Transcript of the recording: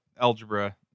algebra